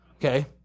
Okay